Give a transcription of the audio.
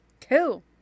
Cool